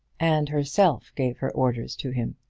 and herself gave her orders to him.